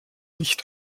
nicht